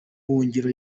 buhungiro